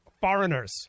foreigners